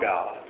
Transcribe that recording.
God